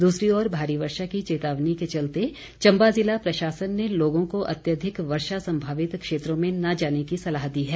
दूसरी ओर भारी वर्षा की चेतावनी के चलते चंबा जिला प्रशासन ने लोगों को अत्यधिक वर्षा संभावित क्षेत्रों में न जाने की सलाह दी है